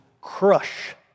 crush